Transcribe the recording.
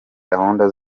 gahunda